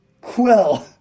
Quill